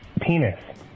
Penis